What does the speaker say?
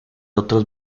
otros